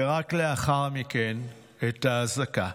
ורק לאחר מכן את האזעקה.